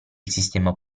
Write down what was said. sistema